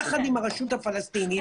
יחד עם הרשות הפלסטינית,